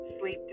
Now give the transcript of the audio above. sleep